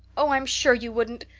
oh, i am sure you wouldn't.